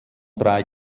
drei